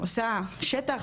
עושה שטח,